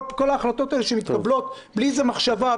כל החלטות האלה שמתקבלות בלי איזו מחשבה,